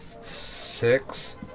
six